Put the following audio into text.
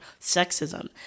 sexism